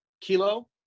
Kilo